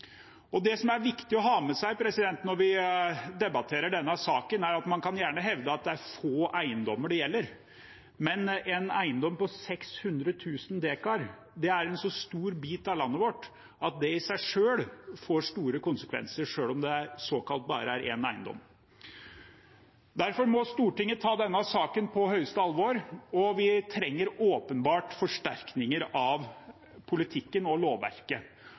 Det som er viktig å ha med seg når vi debatterer denne saken, er at man gjerne kan hevde at det er få eiendommer det gjelder, men en eiendom på 600 000 dekar er en så stor bit av landet vårt at det i seg selv får store konsekvenser, selv om det bare er såkalt én eiendom. Derfor må Stortinget ta denne saken på høyeste alvor, og vi trenger åpenbart forsterkninger av politikken og lovverket.